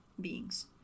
beings